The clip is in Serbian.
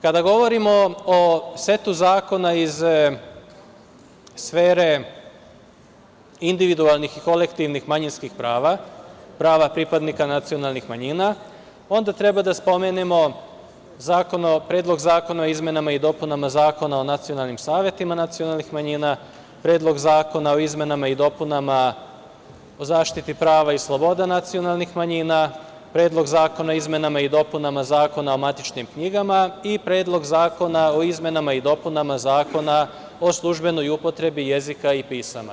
Kada govorimo o setu zakona iz sfere individualnih i kolektivnih manjinskih prava, prava pripadnika nacionalnih manjina, onda treba da spomenemo Predlog zakona o izmenama i dopunama Zakona o nacionalnim savetima nacionalnih manjina, Predlog zakona o izmenama i dopunama Zakona o zaštiti prava i sloboda nacionalnih manjina, Predlog zakona o izmenama i dopunama Zakona o matičnim knjigama i Predlog zakona o izmenama i dopunama Zakona o službenoj upotrebi jezika i pisama.